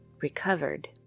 recovered